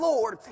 Lord